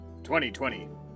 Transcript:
2020